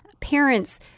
parents